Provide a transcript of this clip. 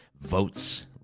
votes